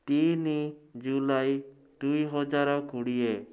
ତିନି ଜୁଲାଇ ଦୁଇହଜାର କୋଡ଼ିଏ